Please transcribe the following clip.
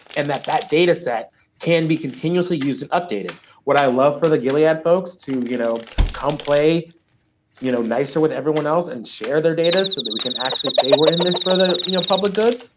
and that that data set can be continuously used and updated. would i love for the gilead folks to you know come play you know nicer with everyone else and share their data so that we can actually say we're in this for the you know public good?